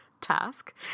task